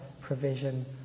provision